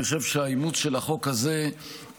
אני חושב שהאימוץ של החוק הזה בהחלט,